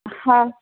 हा